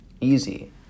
easy